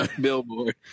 Billboard